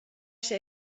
się